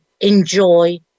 enjoy